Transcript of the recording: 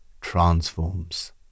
transforms